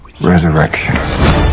Resurrection